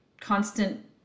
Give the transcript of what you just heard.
constant